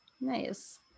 Nice